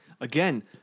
Again